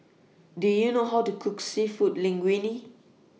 Do YOU know How to Cook Seafood Linguine